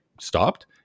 stopped